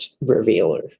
revealer